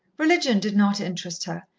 religion did not interest her,